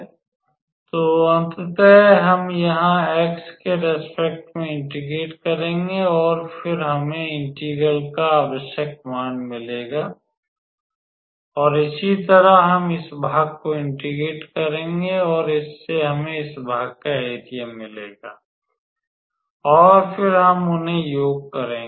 इसलिए अंततः हम यहां x के रेस्पेक्ट में इंटेग्रेट करेंगे और फिर हमें इंटेग्रल का आवश्यक मान मिलेगा और इसी तरह हम इस भाग को इंटेग्रेट करेंगे और इससे हमें इस भाग का एरिया मिलेगा और फिर हम उन्हें योग करेंगे